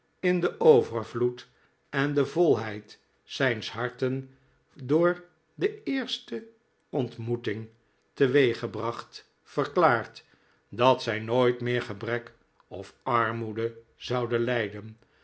in den overvloed en de volheid zijns harten door de eerste ontmoeting teweeggebracht verklaard dat zij nooit meer gebrek of armoede zouden lijden